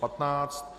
15.